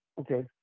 Okay